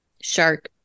shark